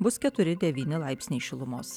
bus keturi devyni laipsniai šilumos